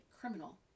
criminal